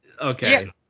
okay